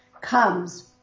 comes